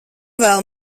vēl